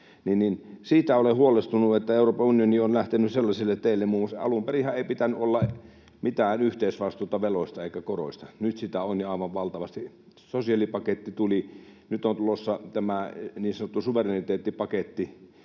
Siitä olen huolestunut, että Euroopan unioni on lähtenyt sellaisille teille. Muun muassa alun perinhän ei pitänyt olla mitään yhteisvastuuta veloista eikä koroista. Nyt sitä on ja aivan valtavasti. Sosiaalipaketti tuli. Nyt on tulossa tämä niin sanottu suvereniteettipaketti,